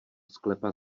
sklepa